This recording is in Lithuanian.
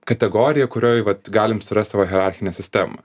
kategoriją kurioj vat galim surast savo hierarchinę sistemą